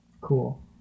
Cool